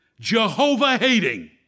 Jehovah-hating